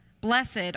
Blessed